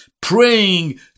praying